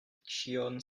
ĉion